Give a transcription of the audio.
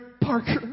Parker